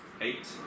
Eight